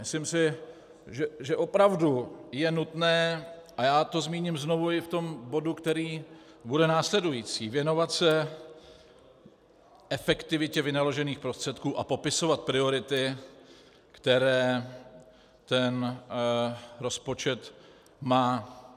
Myslím si, že opravdu je nutné, a já to zmíním znovu i v tom bodu, který bude následující, věnovat se efektivitě vynaložených prostředků a popisovat priority, které ten rozpočet má.